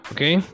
Okay